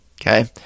Okay